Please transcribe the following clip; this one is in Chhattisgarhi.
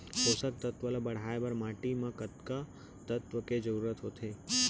पोसक तत्व ला बढ़ाये बर माटी म कतका तत्व के जरूरत होथे?